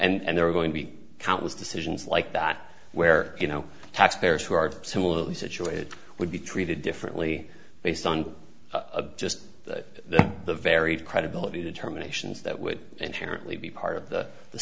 review and there are going to be countless decisions like that where you know taxpayers who are similarly situated would be treated differently based on a just that the varied credibility determinations that would inherently be part of the the